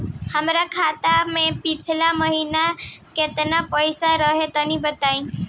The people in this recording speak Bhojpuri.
हमरा खाता मे पिछला महीना केतना पईसा रहे तनि बताई?